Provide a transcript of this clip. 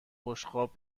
بشقاب